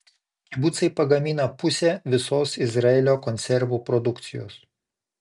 kibucai pagamina pusę visos izraelio konservų produkcijos